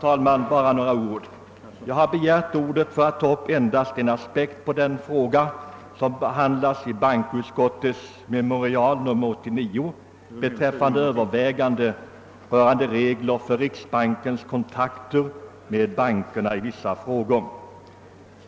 Herr talman! Jag har begärt ordet för att helt kort ta upp en enda aspekt på den fråga, som behandlas i bankoutskottets memorial nr 89 med redogörelse för överväganden rörande regler för riksbankens kontakter med bankerna i vissa frågor.